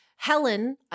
Helen